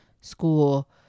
school